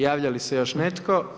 Javlja li se još netko?